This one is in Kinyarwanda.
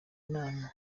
nama